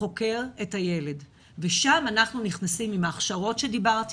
שחוקר את הילד ושם אנחנו נכנסים עם ההכשרות שדיברתי